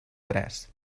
tres